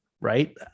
right